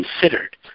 considered